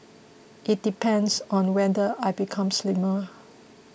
it depends on whether I become slimmer